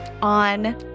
on